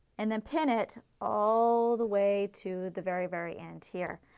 and then pin it all the way to the very, very end here.